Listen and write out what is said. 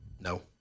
No